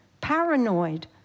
paranoid